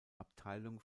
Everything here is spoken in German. abteilung